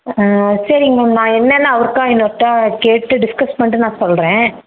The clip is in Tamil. சரிங்க மேம் நான் என்னனு அவருக்கா இன்னொருக்க கேட்டு டிஸ்கஸ் பண்ணிட்டு நான் சொல்கிறேன்